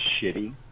shitty